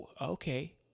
okay